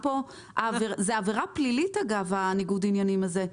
אגב, זאת עבירה פלילית, ניגוד העניינים הזה.